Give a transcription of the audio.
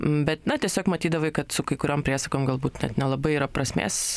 bet na tiesiog matydavai kad su kai kuriom priesagom galbūt nelabai yra prasmės